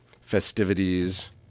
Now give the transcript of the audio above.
festivities